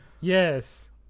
Yes